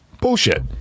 Bullshit